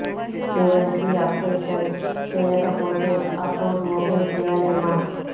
KYC updation చేయకపోతే account open చేయలేమా?